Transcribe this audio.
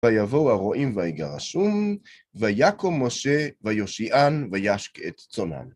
ויבואו הרועים ויגרשום, ויקום משה, ויושיען, וישק את צאנן.